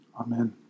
Amen